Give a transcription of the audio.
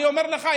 אני אומר לך,